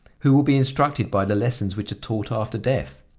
who will be instructed by the lessons which are taught after death?